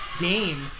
game